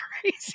crazy